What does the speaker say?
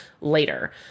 later